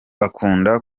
akunda